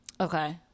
okay